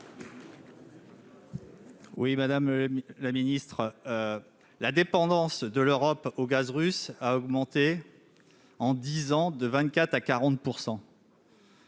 Oui, madame la ministre, la dépendance de l'Europe au gaz russe a augmenté en 10 ans de 24 à 40 %.